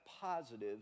positive